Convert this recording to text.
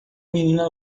menina